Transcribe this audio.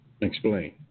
Explain